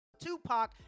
Tupac